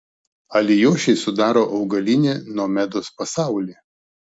alijošiai sudaro augalinį nomedos pasaulį